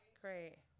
great